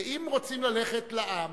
אם רוצים ללכת לעם,